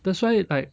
that's why like